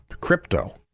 Crypto